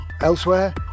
Elsewhere